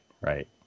right